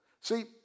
See